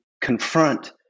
confront